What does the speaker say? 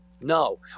No